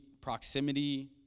proximity